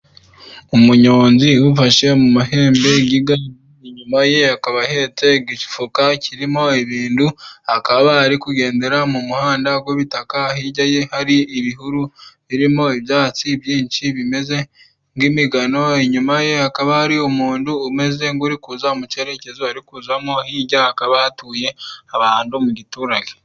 Umunyonzi ufashe mu mahembe y'igare, inyuma ye akaba ahetse igifuka kirimo ibintu, akaba ari kugendera mu muhanda w'ibitaka, hirya ye hari ibihuru birimo ibyatsi byinshi bimeze nk'imigano, inyuma ye hakaba hari umuntu umeze nk'uri kuza mu cyerekezo ari kuzamo, hirya hakaba hatuye abantu mu giturage.